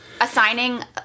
assigning